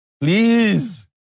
Please